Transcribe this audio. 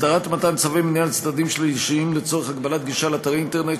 הסדרת מתן צווי מניעה לצדדים שלישיים לצורך הגבלת גישה לאתרי אינטרנט